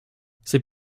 ces